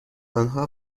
آنها